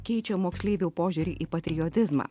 keičia moksleivių požiūrį į patriotizmą